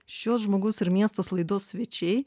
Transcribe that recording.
šios žmogus ir miestas laidos svečiai